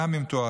גם אם תוארך.